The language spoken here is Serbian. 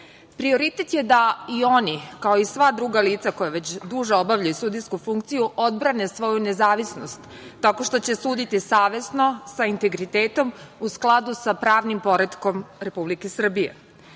godine. Prioritet je da i ono kao i sva druga lica koja već duže obavljaju sudijsku funkciju, odbrane svoju nezavisnost tako što će suditi savesno sa integritetom u skladu sa pravnim poretkom Republike Srbije.